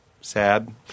sad